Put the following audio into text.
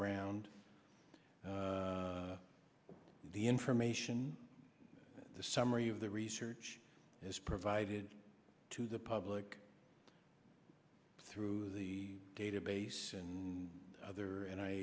ground the information that the summary of the research as provided to the public through the database and other and